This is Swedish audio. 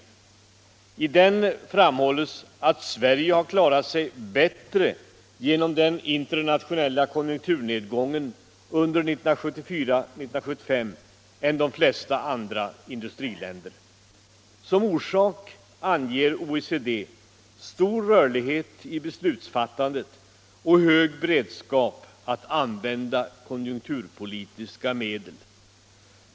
I den framhålles att Sverige har klarat sig bättre genom den internationella konjunkturnedgången under 1974-1975 än de flesta andra industriländer. Som orsak anger OECD stor rörlighet i beslutsfattandet och hög beredskap att använda konjunkturpolitiska medel.